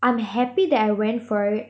I am happy that I went for it